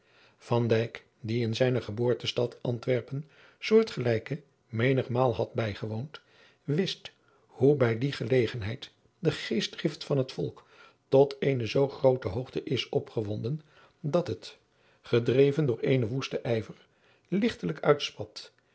die in zijne geboortestad antwerpen soortgelijke menigmaal had bijgewoond wist hoe bij die gelegenheid de geestdrift van het volk tot eene zoo groote hoogte is opgewonden dat het gedreven door eenen woesten ijver ligtelijk uitspat